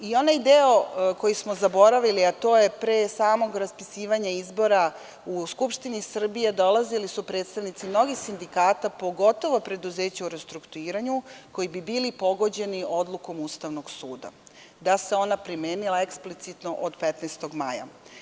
Onaj deo koji smo zaboravili je pre samog raspisivanja izbora gde su u Skupštinu Srbije došli predstavnici mnogih sindikata, pogotovo preduzeća u restrukturiranju, koji bi bili pogođeni ovom odlukom Ustavnog suda da se ona primenila eksplicitno od 15. maja.